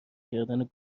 کردن